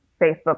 facebook